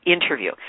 interview